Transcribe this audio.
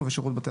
שלום לכולם.